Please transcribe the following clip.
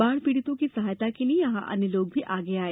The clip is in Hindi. बाढ़ पीड़ितों की सहायता के लिये यहां अन्य लोग भी आगे आए